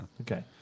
Okay